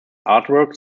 artworks